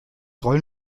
rollen